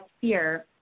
fear